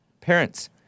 Parents